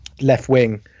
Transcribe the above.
left-wing